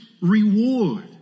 reward